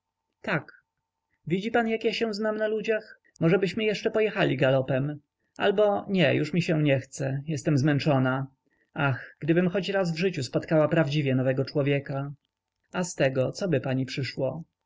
tak widzi pan jak ja się znam na ludziach możebyśmy jeszcze pojechali galopem albo nie już mi się nie chce jestem zmęczona ach gdybym choć raz w życiu spotkała prawdziwie nowego człowieka a z tego coby pani przyszło